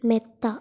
മെത്ത